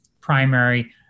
primary